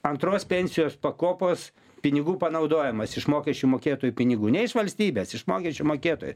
antros pensijos pakopos pinigų panaudojimas iš mokesčių mokėtojų pinigų ne iš valstybės iš mokesčių mokėtojų